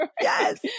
Yes